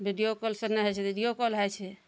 video call सऽ नहि होइ छै तऽ एडियो कॉल होइ छै